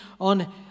on